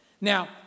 Now